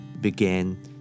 began